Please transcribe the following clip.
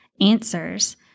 answers